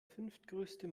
fünftgrößte